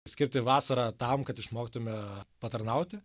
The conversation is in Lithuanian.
skirti vasarą tam kad išmoktume patarnauti